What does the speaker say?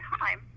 time